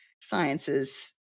sciences